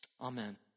Amen